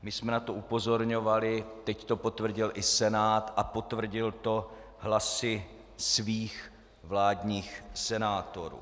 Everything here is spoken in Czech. My jsme na to upozorňovali, teď to potvrdil i Senát a potvrdil to hlasy svých vládních senátorů.